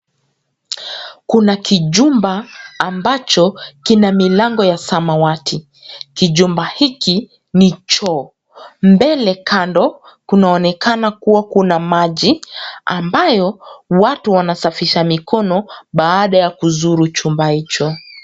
Kuna kijumba ambacho kina milango ya samawati. Kijumba hiki ni choo. Mbele kando kunaonekana kuwa kuna maji ambayo watu wanasafisha mikono baada ya kuzuru chumba hicho.